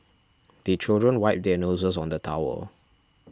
the children wipe their noses on the towel